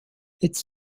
its